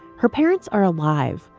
her parents are alive,